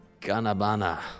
Ganabana